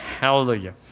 Hallelujah